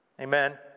Amen